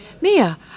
Mia